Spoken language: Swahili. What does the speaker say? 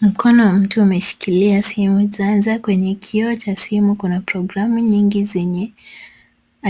Mkono wa mtu umeshikilia simu janja, kwenye kioo cha simu kuna programu nyingi zenye